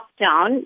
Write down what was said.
lockdown